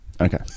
Okay